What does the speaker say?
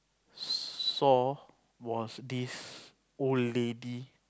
saw was this old lady